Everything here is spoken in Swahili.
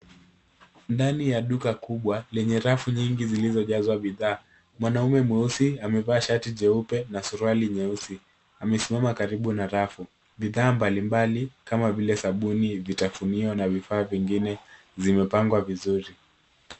Ndani ya duka kubwa lenye rafu nyingi zilizojazwa bidhaa, mwanaume mweusi amevaa shati jeupe na suruali nyeusi, amesimama karibu na rafu. Bidhaa mbalimbali kama vile sabuni, vitafunio na vifaa vingine zimepangwa vizuri.